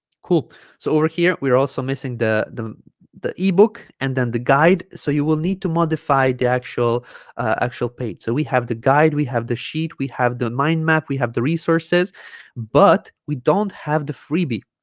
cool so over here we're also missing the the the ebook and then the guide so you will need to modify the actual actual page so we have the guide we have the sheet we have the mind map we have the resources but we don't have the freebie